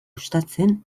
gustatzen